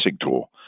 tool